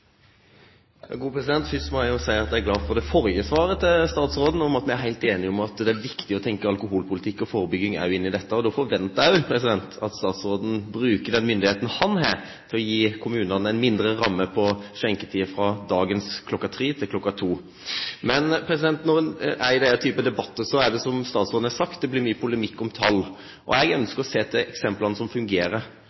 må jeg si at jeg er glad for det forrige svaret til meg fra statsråden, at vi er helt enige om at det også er viktig å tenke alkoholpolitikk og forebygging her. Da forventer jeg at statsråden bruker den myndigheten han har, til å gi kommunene en mindre ramme på skjenketid – fra dagens kl. 03 til kl. 02. Når man er i denne type debatter, blir det, som statsråden har sagt, mye polemikk om tall. Jeg